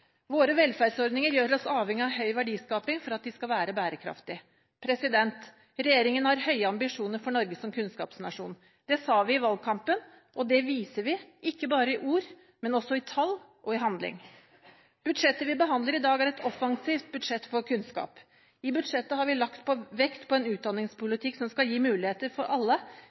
Våre velferdsordninger gjør oss avhengig av høy verdiskaping for at de skal være bærekraftige. Regjeringen har høye ambisjoner for Norge som kunnskapsnasjon. Det sa vi i valgkampen, og det viser vi ikke bare i ord, men også i tall og i handling. Budsjettet vi behandler i dag, er et offensivt budsjett for kunnskap. I budsjettet har vi lagt vekt på en utdanningspolitikk som skal gi muligheter for alle.